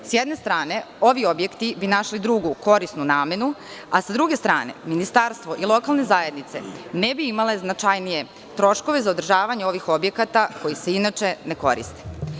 S jedne strane, ovi objekti bi našli drugu korisnu namenu, a sa druge strane, ministarstvo i lokalne zajednice ne bi imale značajnije troškove za održavanje ovih objekata koji se inače ne koriste.